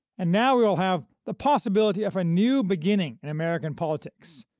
and now we will have the possibility of a new beginning in american politics,